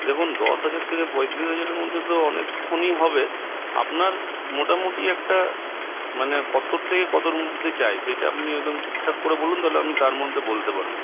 দেখুন দশ হাজার থেকে পঁয়ত্রিশ হাজারের মধ্যে তো অনেক ফোনই হবে আপনার মোটামুটি একটা মানে কত থেকে কতোর মধ্যে চাই সেটা আপনি একদম ঠিকঠাক করে বলুন তাহলে আমি তার মধ্যে বলতে পারবো